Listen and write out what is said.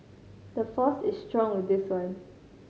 the force is strong with this one